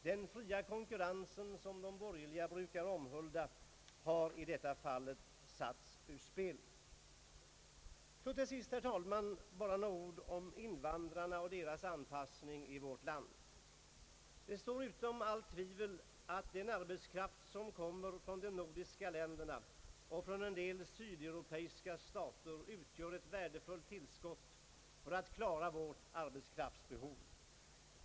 Den fria konkurrensen som de borgerliga brukar omhulda har i detta fall satts ur spel. Så till sist, herr talman, bara några ord om invandrarna och deras anpassning till vårt land. Det står utom allt tvivel att den arbetskraft som kommer från de nordiska länderna och från en del sydeuropeiska länder utgör ett värdefullt tillskott för att klara vårt arbetskraftsbehov.